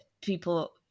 people